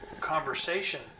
conversation